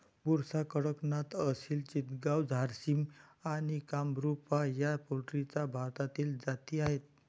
बुसरा, कडकनाथ, असिल चितगाव, झारसिम आणि कामरूपा या पोल्ट्रीच्या भारतीय जाती आहेत